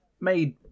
made